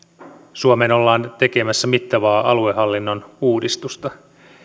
suomeen ollaan tekemässä mittavaa aluehallinnon uudistusta